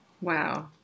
Wow